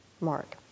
mark